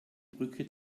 brücke